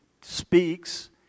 speaks